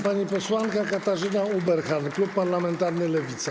Pani posłanka Katarzyna Ueberhan, klub parlamentarny Lewica.